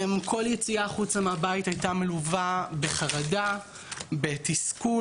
כל יציאה החוצה מהבית הייתה מלווה בחרדה, בתסכול.